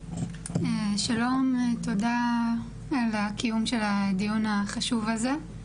שלום, תודה על הקיום של הדיון החשוב הזה.